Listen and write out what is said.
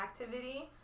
activity